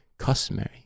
Customary